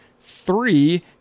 three